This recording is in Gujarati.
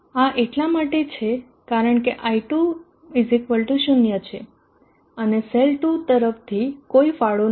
આ એટલા માટે છે કારણ કે i 2 0 છે અને સેલ 2 તરફથી કોઈ ફાળો નથી